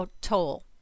toll